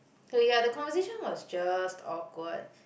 so ya the conversation was just awkward